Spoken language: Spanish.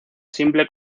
simple